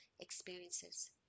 experiences